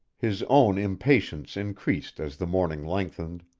his own impatience increased as the morning lengthened.